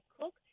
cook